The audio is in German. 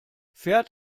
fährt